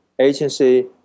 agency